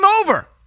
over